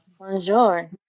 Bonjour